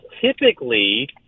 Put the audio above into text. typically